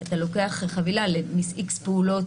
אם אנחנו לא מגבילים את עמלות